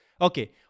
Okay